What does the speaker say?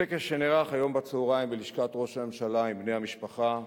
בטקס שנערך היום בצהריים בלשכת ראש הממשלה עם בני המשפחה,